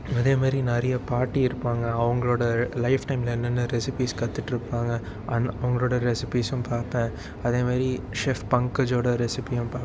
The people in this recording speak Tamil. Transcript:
அதேமாதிரி நிறைய பாட்டி இருப்பாங்க அவங்களோட லைஃப் டைமில் என்னென்ன ரெசிபீஸ் கற்றுட்டுருப்பாங்க அன் அவங்களோட ரெசிபீஸும் பார்ப்பேன் அதேமாதிரி செஃப் பங்கஜோட ரெசிபியும் பார்ப்பேன்